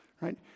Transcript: Right